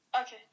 Okay